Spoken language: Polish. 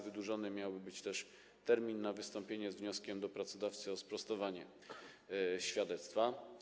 Wydłużony miałby być termin na wystąpienie z wnioskiem do pracodawcy o sprostowanie świadectwa.